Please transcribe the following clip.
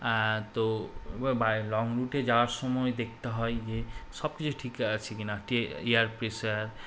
তো লং রুটে যাওয়ার সময় দেখতে হয় যে সব কিছু আছে কি না এয়ার প্রেশার